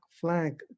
Flag